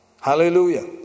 hallelujah